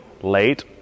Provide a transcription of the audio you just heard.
late